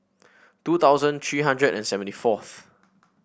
two thousand three hundred and seventy fourth